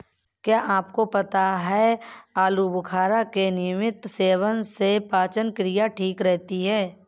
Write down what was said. क्या आपको पता है आलूबुखारा के नियमित सेवन से पाचन क्रिया ठीक रहती है?